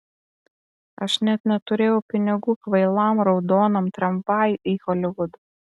aš net neturėjau pinigų kvailam raudonam tramvajui į holivudą